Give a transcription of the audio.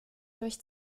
durch